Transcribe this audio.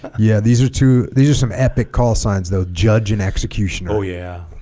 yeah these are two these are some epic call signs though judge and executioner oh yeah